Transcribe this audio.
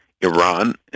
Iran